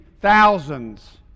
thousands